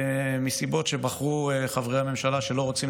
מסיבות שבחרו חברי הממשלה שלא רוצים